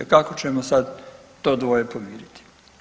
Kako ćemo sad to dvoje pomiriti?